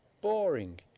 Boring